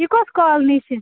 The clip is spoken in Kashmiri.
یہِ کۄس کالنی چھِ